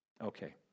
Okay